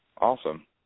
Awesome